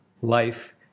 Life